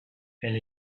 elle